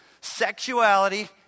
Sexuality